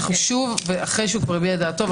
שוב, אחרי שהביע דעתו.